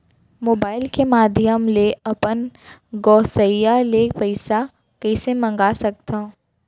Mobile के माधयम ले अपन गोसैय्या ले पइसा कइसे मंगा सकथव?